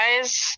guys